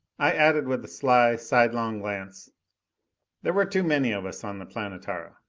i added with a sly, sidelong glance, there were too many of us on the planetara.